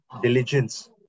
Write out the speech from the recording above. diligence